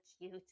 cute